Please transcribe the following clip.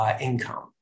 income